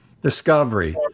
Discovery